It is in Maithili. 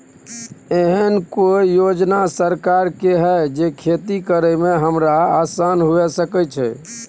एहन कौय योजना सरकार के है जै खेती करे में हमरा आसान हुए सके छै?